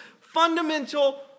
fundamental